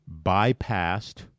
bypassed